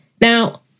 Now